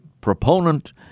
proponent